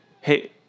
Hey